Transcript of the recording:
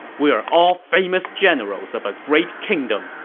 we are all famous generals of a great kingdom.